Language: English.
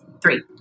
three